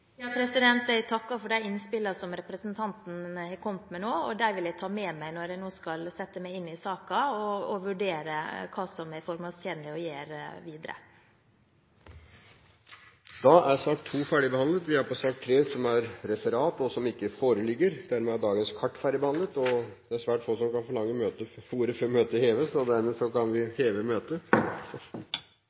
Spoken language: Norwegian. Jeg takker for de innspillene som representanten Fylkesnes har kommet med, og jeg vil ta dem med meg når jeg nå skal sette meg inn i saken og vurdere hva som er formålstjenlig å gjøre videre. Det foreligger ikke noe referat. Dermed er dagens kart ferdigbehandlet. Forlanger noen ordet før møte heves?